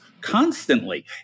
constantly